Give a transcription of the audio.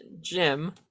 jim